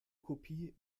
kopie